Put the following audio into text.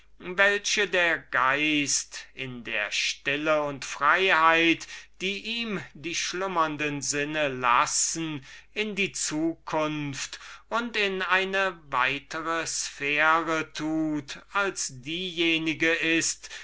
welche der geist in der stille und freiheit die ihm die schlummernden sinne lassen in die zukunft und in eine weitere sphäre tut als diejenige die